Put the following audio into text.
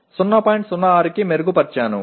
06 ஆக மேம்படுத்தியுள்ளேன்